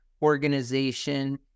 Organization